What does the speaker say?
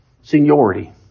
seniority